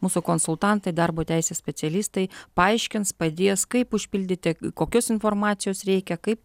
mūsų konsultantai darbo teisės specialistai paaiškins padės kaip užpildyti kokios informacijos reikia kaip